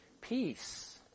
Peace